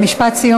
משפט סיום,